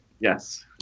Yes